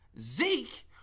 Zeke